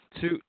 two